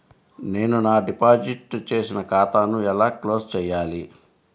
నేను నా డిపాజిట్ చేసిన ఖాతాను ఎలా క్లోజ్ చేయాలి?